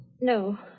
No